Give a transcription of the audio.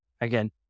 Again